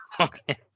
Okay